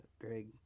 Greg